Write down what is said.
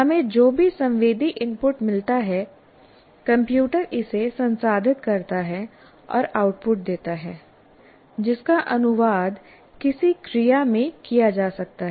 हमें जो भी संवेदी इनपुट मिलता है कंप्यूटर इसे संसाधित करता है और आउटपुट देता है जिसका अनुवाद किसी क्रिया में किया जा सकता है